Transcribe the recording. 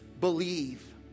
believe